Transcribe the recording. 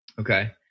Okay